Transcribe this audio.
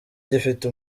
gifite